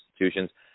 institutions